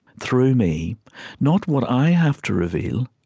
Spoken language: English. through me not what i have to reveal,